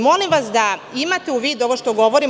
Molim vas da imate u vidu ovo što govorim.